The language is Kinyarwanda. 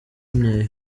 imyeyo